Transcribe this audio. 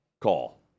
call